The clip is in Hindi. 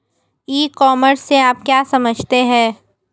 ई कॉमर्स से आप क्या समझते हैं?